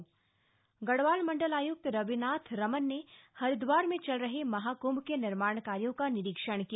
कुंभ मेला कार्य गढ़वाल मंडल आय्क्त रविनाथ रमन ने हरिद्वार में चल रहे महाक्भ के निर्माण कार्यो का निरीक्षण किया